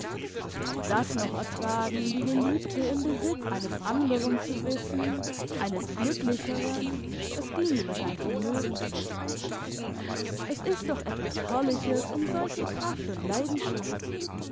auch das noch ertragen die geliebte im besitz eines anderen zu wissen eines glücklicheren das ging über sein vermögen es ist doch etwas herrliches um solche kraft und leidenschaft